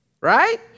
Right